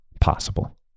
possible